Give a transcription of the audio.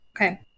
Okay